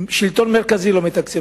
השלטון המרכזי לא מתקצב,